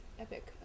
epic